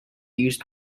used